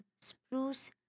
spruce